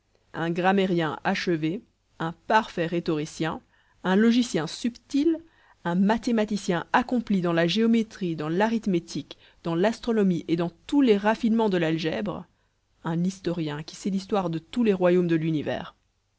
un grammairien achevé un parfait rhétoricien un logicien subtil un mathématicien accompli dans la géométrie dans l'arithmétique dans l'astronomie et dans tous les raffinements de l'algèbre un historien qui sait l'histoire de tous les royaumes de l'univers